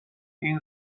این